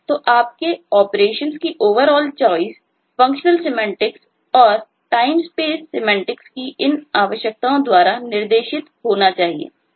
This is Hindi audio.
तो आपके ऑपरेशन्स की इन आवश्यकताओं द्वारा निर्देशित होना चाहिए